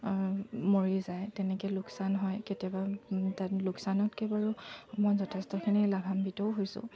মৰি যায় তেনেকৈ লোকচান হয় কেতিয়াবা তাত লোকচানতকৈ বাৰু মই যথেষ্টখিনি লাভান্বিতও হৈছোঁ